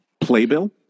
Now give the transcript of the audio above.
playbill